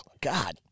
God